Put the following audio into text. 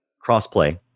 cross-play